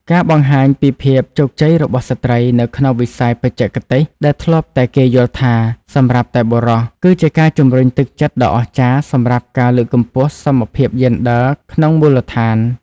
ការបង្ហាញពីភាពជោគជ័យរបស់ស្ត្រីនៅក្នុងវិស័យបច្ចេកទេសដែលធ្លាប់តែគេយល់ថាសម្រាប់តែបុរស គឺជាការជំរុញទឹកចិត្តដ៏អស្ចារ្យសម្រាប់ការលើកកម្ពស់សមភាពយេនឌ័រក្នុងមូលដ្ឋាន។